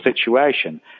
situation